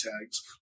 tags